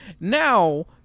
Now